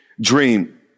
dream